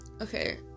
okay